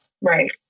Right